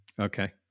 Okay